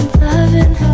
loving